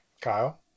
Kyle